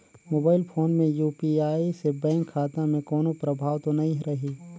Mobile phone मे UPI से bank खाता मे कोनो प्रभाव तो नइ रही?